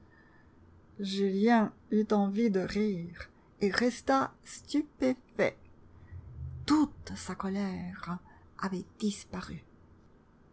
julien eut envie de rire et resta stupéfait toute sa colère avait disparu